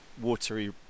watery